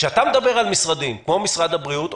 כאשר אתה מדבר על משרדים כמו משרד הבריאות,